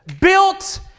built